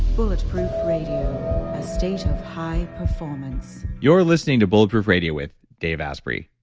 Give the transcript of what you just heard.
bulletproof radio, a state of high performance you're listening to bulletproof radio with dave asprey.